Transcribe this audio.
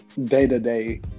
day-to-day